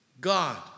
God